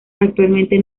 actualmente